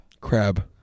Crab